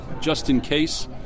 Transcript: just-in-case